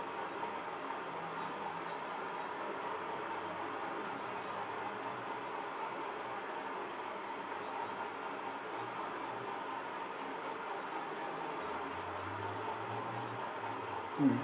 mm